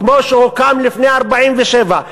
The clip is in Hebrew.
כמו שהוקם לפני 1947,